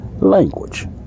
language